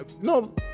No